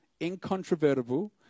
Incontrovertible